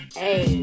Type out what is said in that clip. hey